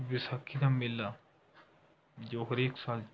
ਵਿਸਾਖੀ ਦਾ ਮੇਲਾ ਜੋ ਹਰੇਕ ਸਾਲ